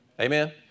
Amen